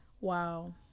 Wow